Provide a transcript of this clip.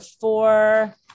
four